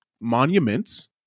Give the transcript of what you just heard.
monuments